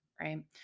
Right